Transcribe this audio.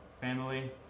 family